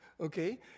okay